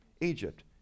Egypt